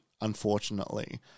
unfortunately